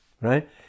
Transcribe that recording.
right